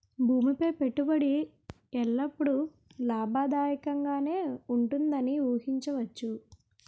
భూమి పై పెట్టుబడి ఎల్లప్పుడూ లాభదాయకంగానే ఉంటుందని ఊహించవచ్చు